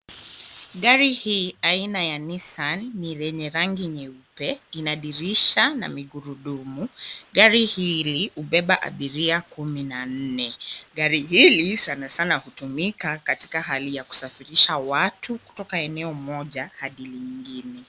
Gari hii aina ya Nissan ni yenye rangi nyeupe. Ina dirisha na migurudumu. Gari hili hubeba abiria kumi na nne. Gari hili sana sana hutumika katika hali ya kusafirisha watu kutoka eneo moja hadi lingine.